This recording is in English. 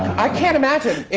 i can't imagine.